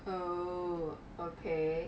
oh okay